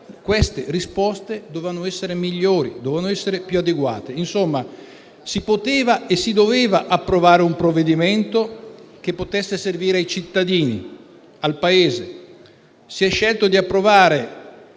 le risposte dovevano essere migliori, più adeguate. Insomma, si poteva e si doveva approvare un provvedimento che potesse servire ai cittadini e al Paese. Si è scelto, invece,